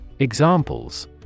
Examples